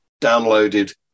downloaded